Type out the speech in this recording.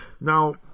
Now